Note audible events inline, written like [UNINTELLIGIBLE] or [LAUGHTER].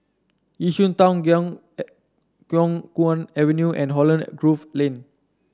Yishun Town Khiang [UNINTELLIGIBLE] Khiang Guan Avenue and Holland Grove Lane